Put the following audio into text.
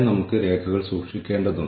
നമ്മൾ ടൺ കണക്കിന് പണം സമ്പാദിച്ചേക്കാം